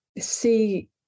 see